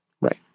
right